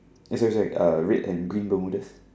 eh sorry sorry uh red and green Bermudas